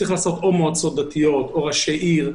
צריך לקבוע מועצות דתיות או ראשי עיר.